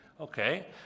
Okay